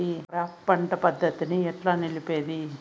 Crop పంట పద్ధతిని ఎట్లా నిలిపేది?